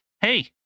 hey